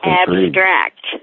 abstract